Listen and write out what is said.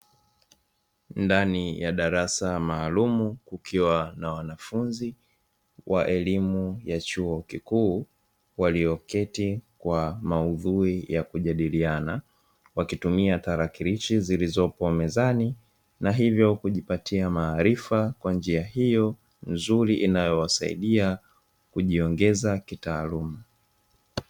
Ndani ya darasa maalumu kukiwa na wanafunzi wa chuo kikuu walioketi kwa maudhui ya kujadiliana, wakitumia tarakilishi zilizopo mezani na hivyo kujipatia maarifa kwa njia hiyo nzuri, inayowasaidia kujiongeza kitaaluma.